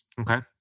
Okay